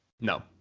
No